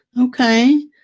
Okay